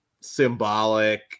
symbolic